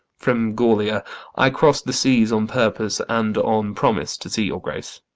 from gallia i cross'd the seas on purpose and on promise to see your grace.